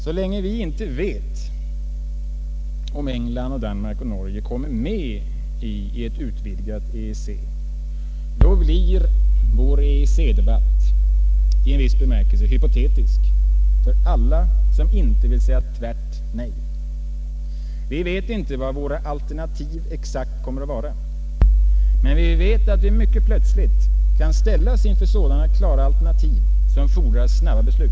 Så länge vi inte vet om England, Danmark och Norge kommer med i ett utvidgat EEC blir EEC-debatten i viss bemärkelse hypotetisk för alla som inte vill säga tvärt nej. Vi vet inte vad våra alternativ exakt kommer att vara. Men vi vet att vi mycket plötsligt kan ställas inför sådana klara alternativ som fordrar snabba beslut.